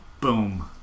boom